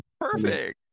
perfect